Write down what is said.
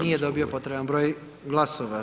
Nije dobio potreban broj glasova.